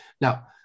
Now